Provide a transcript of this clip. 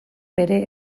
bere